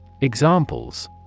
Examples